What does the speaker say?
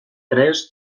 tres